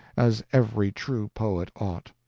as every true poet ought.